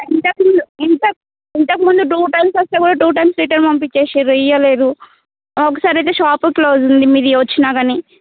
ఇంతకు ముందు ఇంతకు ఇంతకు ముందు టూ టైమ్స్ వస్తే కూడా టూ టైమ్స్ రిటర్న్ పంపించేసిర్రు ఇయ్యలేదు ఒకసారి అయితే షాప్ క్లోజ్ ఉంది మీది వచ్చిన కానీ